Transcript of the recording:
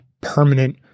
permanent